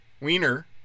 wiener